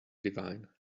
divine